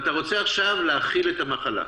ואתה רוצה עכשיו להכיל את המחלה.